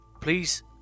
Please